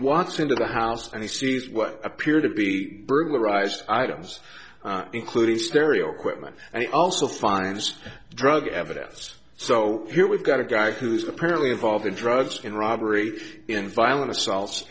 wants into the house and he sees what appear to be burglarized items including stereo equipment and also finds drug evidence so here we've got a guy who is apparently involved in drugs in robbery in violent assaults